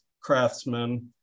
craftsmen